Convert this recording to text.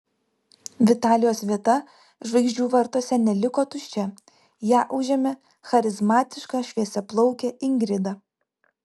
vitalijos vieta žvaigždžių vartuose neliko tuščia ją užėmė charizmatiška šviesiaplaukė ingrida